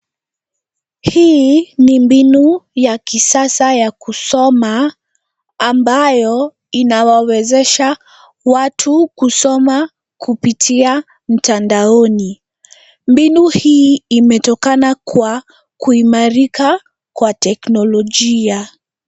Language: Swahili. Hii ni mbinu ya kisasa ya kusoma ambayo inawawezesha watu kusoma kupitia mtandaoni. Mbinu hii imetokana kwa kuimarika kwa teknolojia.